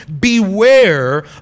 Beware